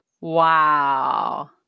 Wow